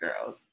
girls